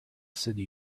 city